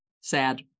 sad